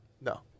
No